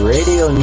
Radio